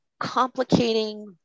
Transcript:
complicating